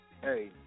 hey